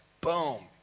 Boom